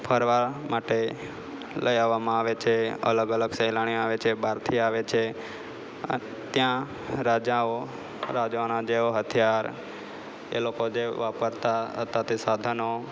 ફરવા માટે લઈ આવવામાં આવે છે અલગ અલગ સહેલાણી આવે છે બહારથી આવે છે ત્યાં રાજાઓ રાજાના જેઓ હથિયાર એ લોકો જે વાપરતા હતા તે સાધનો